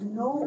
no